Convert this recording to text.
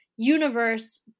universe